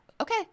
okay